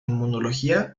inmunología